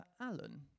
Alan